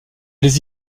les